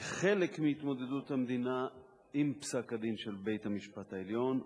כחלק מהתמודדות המדינה עם פסק-הדין של בית-המשפט העליון,